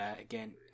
Again